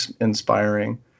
inspiring